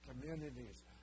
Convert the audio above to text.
communities